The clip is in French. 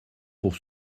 pour